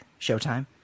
showtime